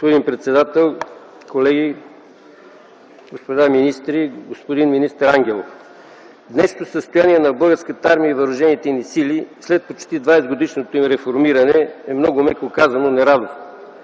Господин председател, колеги, господа министри! Господин министър Ангелов, днешното състояние на Българската армия и въоръжените ни сили след почти 20-годишното им реформиране е много, меко казано, нерадостно.